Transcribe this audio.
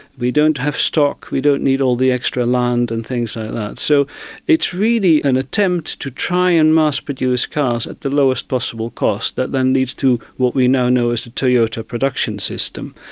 we don't have stock, we don't need all the extra land and things that. so it's really an attempt to try and mass produce cars at the lowest possible cost, that then leads to what we now know as the toyota production system,